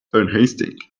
unhasting